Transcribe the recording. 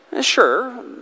Sure